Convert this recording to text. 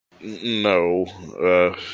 No